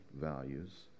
values